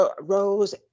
Rose